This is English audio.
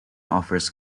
offers